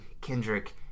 Kendrick